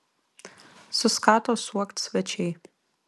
suskato suokt svečiai